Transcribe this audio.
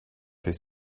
his